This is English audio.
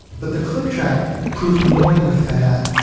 but the click track proved more than a fad.